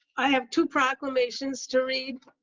i have two proclamations to read.